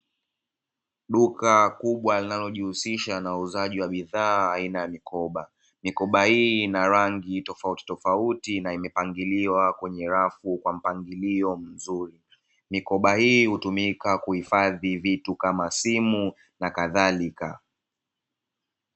Duka kubwa linalojiusisha na uuzaji wa bidhaa aina ya mikoba. mikoba hii ina rangi tofauti tofauti na imepangiliwa kwenye rafu kwa mpangilio mzuri. mikoba hii hutumika kuhifadhi vitu kama simu nakadhalika.